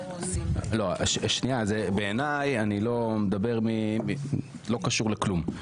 זה לא קשור לכלום,